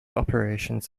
operations